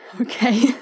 Okay